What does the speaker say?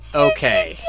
ok.